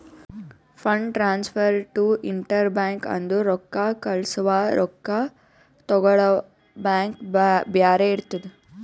fund transfer to inter bank ಅಂದುರ್ ರೊಕ್ಕಾ ಕಳ್ಸವಾ ರೊಕ್ಕಾ ತಗೊಳವ್ ಬ್ಯಾಂಕ್ ಬ್ಯಾರೆ ಇರ್ತುದ್